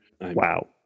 Wow